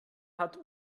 hat